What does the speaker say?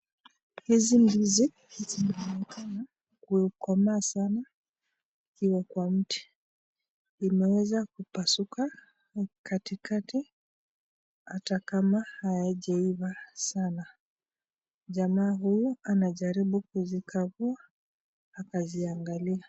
Hizi ndizo zimekoma sana ikiwa kwa mti, imeweza kupasuka katikati ata kama hazijeiva sana. Jamaa huyu anajaribu kuzikagua akiziangalia.